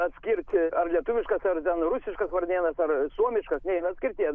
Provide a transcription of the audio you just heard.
atskirti ar lietuviškas ar ten rusiškas varnėnas ar suomiškas eina atskirti